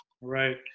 Right